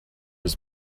was